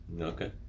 Okay